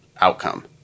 outcome